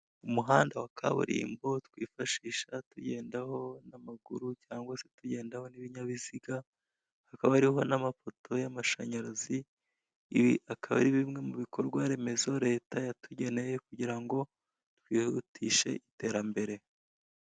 Umuhanda wa kaburimbo twifashisha tugendaho n'amaguru cyangwa se tugendaho n'ibinyabiziga, hakaba hariho n'amapoto y'amashanyarazi ibi akaba ari bimwe mu bikorwaremezo leta yatugeneye kugira ngo yihutishe iterambere.